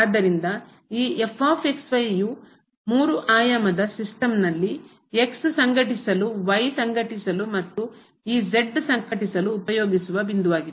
ಆದ್ದರಿಂದ ಈ ಯು 3 ಆಯಾಮದ ಸಿಸ್ಟಮ್ನಲ್ಲಿ ಸಂಘಟಿಸಲು ಸಂಘಟಿಸಲು ಮತ್ತು ಸಂಘಟಿಸಲು ಉಪಯೋಗಿಸುವ ಬಿಂದುವಾಗಿದೆ